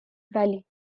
valley